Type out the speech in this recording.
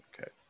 Okay